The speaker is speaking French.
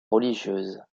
religieuses